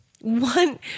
One